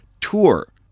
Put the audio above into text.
tour